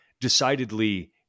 decidedly